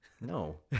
No